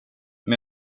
men